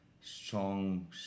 strong